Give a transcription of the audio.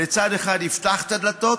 לצד אחד יפתח את הדלתות